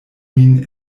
min